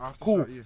cool